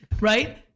right